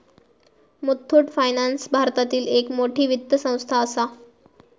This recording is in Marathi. मुथ्थुट फायनान्स भारतातली एक मोठी वित्त संस्था आसा